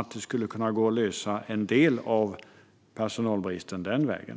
att det skulle gå att lösa en del av personalbristen den vägen.